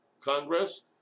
Congress